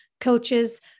coaches